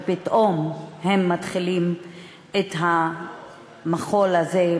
ופתאום הם מתחילים את המחול הזה,